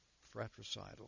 fratricidal